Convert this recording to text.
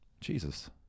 Jesus